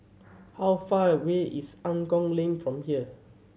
how far away is Angklong Lane from here